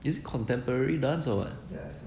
is it contemporary dance or what